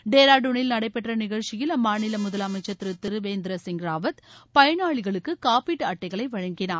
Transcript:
டோராடுனில் நடைபெற்ற நிகழ்ச்சியில் அம்மாநில முதலமைச்சா் திரு திருவேந்திர சிங் ராவத் பயணாளிகளுக்கு காப்பீட்டு அட்டைகளை வழங்கினார்